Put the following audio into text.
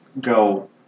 go